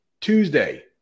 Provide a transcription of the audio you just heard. Tuesday